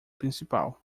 principal